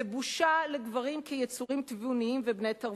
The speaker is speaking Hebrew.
זו בושה לגברים כיצורים תבוניים ובני תרבות.